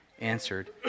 answered